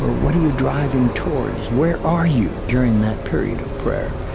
ah what are you driving towards? where are you during that period of prayer?